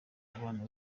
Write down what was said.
mubano